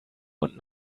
und